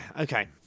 okay